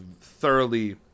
thoroughly